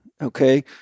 okay